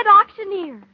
auctioneer